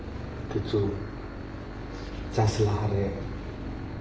ᱠᱤᱪᱷᱩ ᱪᱟᱥ ᱞᱟᱦᱟᱨᱮ